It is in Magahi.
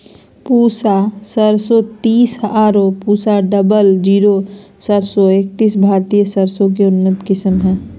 पूसा सरसों तीस आरो पूसा डबल जीरो सरसों एकतीस भारतीय सरसों के उन्नत किस्म हय